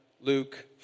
Luke